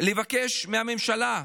לבקש מהממשלה,